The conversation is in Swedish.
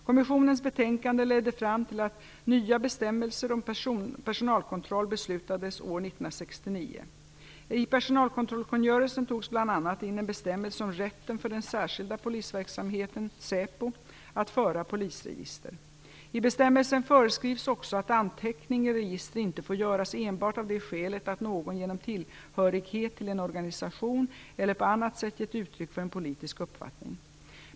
Kommissionens betänkande ledde fram till att nya bestämmelser om personalkontroll beslutades år 1969. I personalkontrollkungörelsen togs bl.a. in en bestämmelse om rätten för den särskilda polisverksamheten - säpo - att föra polisregister. I bestämmelsen föreskrivs också att anteckning i registret inte får göras enbart av det skälet att någon genom tillhörighet till en organisation eller på annat sätt gett uttryck för en politisk uppfattning.